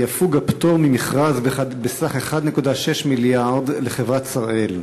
יפוג הפטור ממכרז בסך 1.6 מיליארד לחברת "שראל".